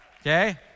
Okay